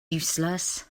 useless